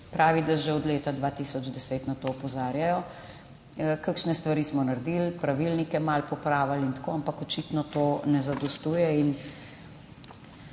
Pravi, da že od leta 2010 na to opozarjajo. Kakšne stvari smo naredili? Pravilnike malo popravili in tako, ampak očitno to ne zadostuje.